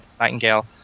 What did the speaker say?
Nightingale